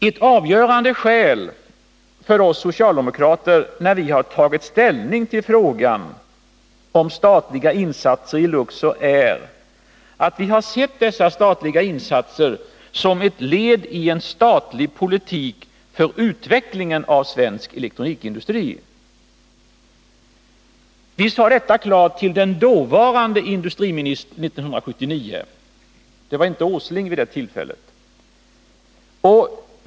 Ett avgörande skäl för oss socialdemokrater när vi har tagit ställning till frågan om statliga insatser i Luxor, är att vi har sett dem som ett ledi en statlig politik för utvecklingen av svensk elektronikindustri. Vi sade detta klart till den dåvarande industriministern 1979, som inte var Nils Åsling.